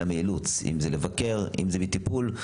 אלא מאילוץ של ביקור או לטיפול.